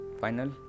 final